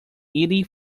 eighty